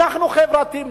אנחנו חברתיים,